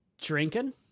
drinking